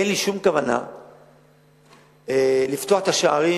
אין לי שום כוונה לפתוח את השערים